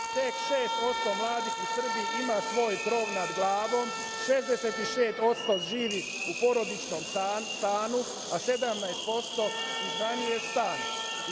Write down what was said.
odsto mladih u Srbiji ima svoj krov nad glavom, 66% živi u porodičnom stanu, a 17% iznajmljuje stan.